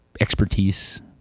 expertise